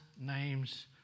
name's